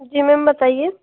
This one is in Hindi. जी मैम बताइए